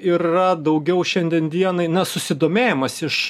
yra daugiau šiandien dienai na susidomėjimas iš